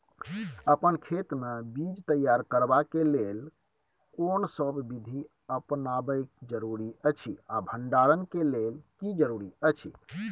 अपन खेत मे बीज तैयार करबाक के लेल कोनसब बीधी अपनाबैक जरूरी अछि आ भंडारण के लेल की जरूरी अछि?